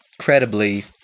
credibly